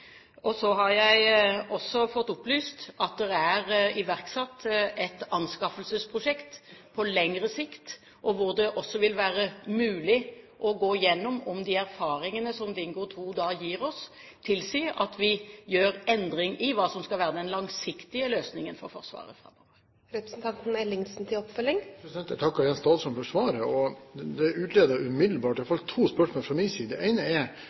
Og så har jeg fått opplyst at det er iverksatt et anskaffelsesprosjekt med lengre sikt. Det vil da være mulig å se på om de erfaringene som Dingo 2 gir oss, tilsier at vi gjør endring i hva som skal være den langsiktige løsningen for Forsvaret fremover. Jeg takker igjen statsråden for svaret. Det utleder umiddelbart i hvert fall to spørsmål fra min side. Det ene er: